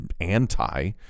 anti